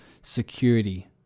security